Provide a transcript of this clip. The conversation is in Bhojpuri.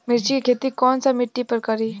मिर्ची के खेती कौन सा मिट्टी पर करी?